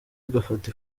ugufata